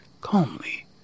calmly